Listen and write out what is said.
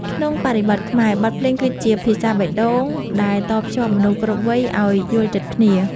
ក្នុងបរិបទខ្មែរ បទភ្លេងគឺជាភាសាបេះដូងដែលតភ្ជាប់មនុស្សគ្រប់វ័យឱ្យយល់ចិត្តគ្នា។